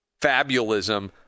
fabulism